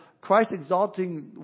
Christ-exalting